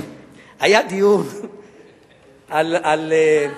על מס המלגות.